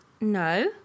No